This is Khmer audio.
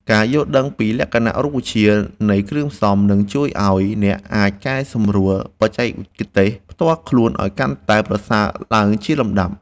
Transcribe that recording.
ការយល់ដឹងពីលក្ខណៈរូបវិទ្យានៃគ្រឿងផ្សំ នឹងជួយឱ្យអ្នកអាចកែសម្រួលបច្ចេកទេសផ្ទាល់ខ្លួនឱ្យកាន់តែប្រសើរឡើងជាលំដាប់។